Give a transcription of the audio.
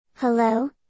Hello